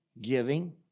giving